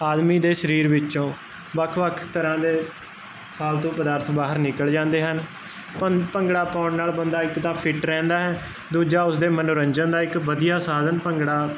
ਆਦਮੀ ਦੇ ਸਰੀਰ ਵਿੱਚੋਂ ਵੱਖ ਵੱਖ ਤਰਹਾਂ ਦੇ ਫਾਲਤੂ ਪਦਾਰਥ ਬਾਹਰ ਨਿਕਲ ਜਾਂਦੇ ਹਨ ਭੰਗੜਾ ਪਾਉਣ ਨਾਲ ਬੰਦਾ ਇੱਕ ਤਾਂ ਫਿਟ ਰਹਿੰਦਾ ਹੈ ਦੂਜਾ ਉਸਦੇ ਮਨੋਰੰਜਨ ਦਾ ਇੱਕ ਵਧੀਆ ਸਾਧਨ ਭੰਗੜਾ